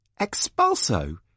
Expulso